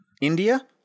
India